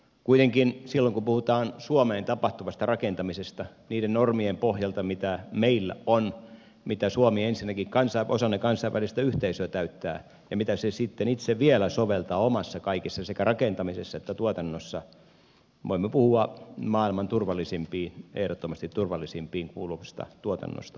kuitenkin silloin kun puhutaan suomeen tapahtuvasta rakentamisesta niiden normien pohjalta mitä meillä on mitä suomi ensinnäkin osana kansainvälistä yhteisöä täyttää ja mitä se sitten itse vielä soveltaa omassa kaikessa sekä rakentamisessa että tuotannossa voimme puhua maailman turvallisimpiin ehdottomasti turvallisimpiin kuuluvasta tuotannosta meillä